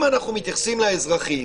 אם אנחנו מתייחסים לאזרחים